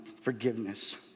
forgiveness